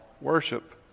worship